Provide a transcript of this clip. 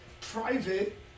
Private